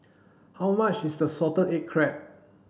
how much is the salted egg crab